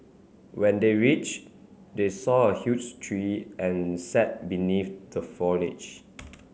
when they reached they saw a huge tree and sat beneath the foliage